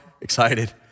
excited